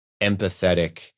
empathetic